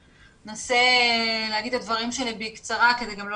אנסה להגיד את דבריי בקצרה כדי גם לא